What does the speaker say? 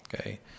okay